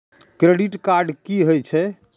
Credit card की हे छे?